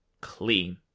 clean